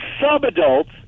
sub-adults